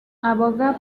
aboga